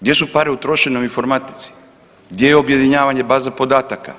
Gdje su pare utrošene u informatici, gdje je objedinjavanje baza podataka?